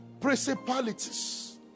principalities